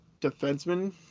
defenseman